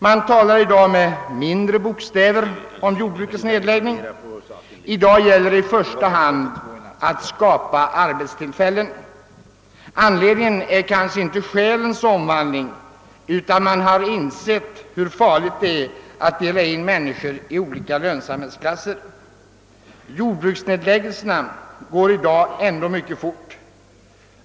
Man talar i dag med mindre bokstäver om jordbrukets nedläggning — i dag gäller det i första hand att söka skapa arbetstillfällen. Anledningen härtill är kanske inte själens omvandling utan att man insett hur farligt det är att dela in människorna i lönsamhetsklasser. Jordbruksnedläggelserna går i dag ändå mycket fort.